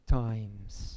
times